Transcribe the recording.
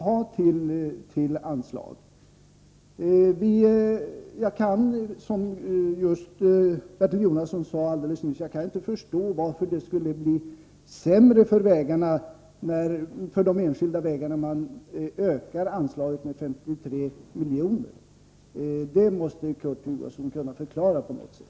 Jag kan inte förstå — och det är en synpunkt som även Bertil Jonasson framförde här alldeles nyss — hur det skulle kunna bli sämre för de enskilda vägarna om man ökar anslaget med 53 miljoner. Det måste Kurt Hugosson kunna förklara på något sätt.